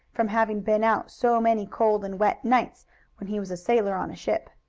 from having been out so many cold and wet nights when he was a sailor on a ship.